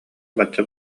бачча